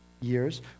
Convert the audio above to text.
years